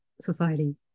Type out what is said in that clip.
society